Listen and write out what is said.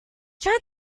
tried